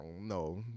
No